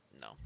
No